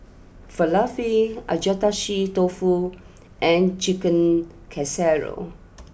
Falafel Agedashi Dofu and Chicken Casserole